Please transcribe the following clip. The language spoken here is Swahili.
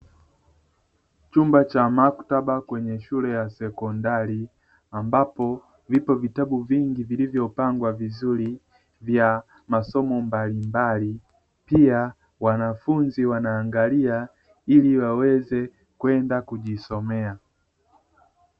Chumba cha maktaba kwenye shule ya sekondari ambapo vipo vitabu vingi vilivyopangwa vizuri vya masomo mbalimbali, pia wanafunzi wanaangalia ili waweze kwenda kujisomea.